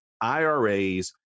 IRAs